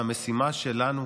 והמשימה שלנו,